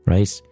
Right